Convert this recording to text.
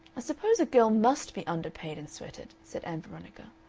i suppose a girl must be underpaid and sweated, said ann veronica.